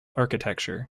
architecture